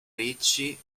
ricci